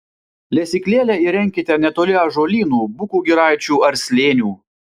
lesyklėlę įrenkite netoli ąžuolynų bukų giraičių ar slėnių